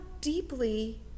deeply